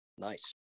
nice